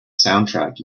soundtrack